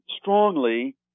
strongly